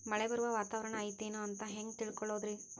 ಮಳೆ ಬರುವ ವಾತಾವರಣ ಐತೇನು ಅಂತ ಹೆಂಗ್ ತಿಳುಕೊಳ್ಳೋದು ರಿ?